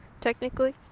technically